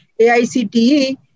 AICTE